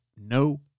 no